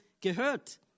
gehört